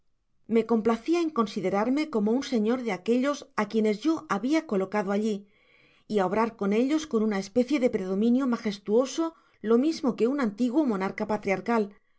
me complacía en considerarme como un señor de aquellos á quienes yo habia colocado alli y á obrar con ellos eon una especie de predominio magestuoso lo mismo que un antiguo monarca patriarcal